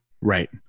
Right